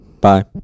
Bye